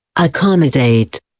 Accommodate